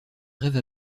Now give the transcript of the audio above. brève